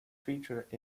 featured